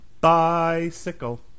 Bicycle